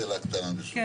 עוד פעם שאלה קטנה ברשותך,